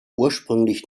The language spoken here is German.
ursprünglich